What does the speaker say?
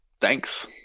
Thanks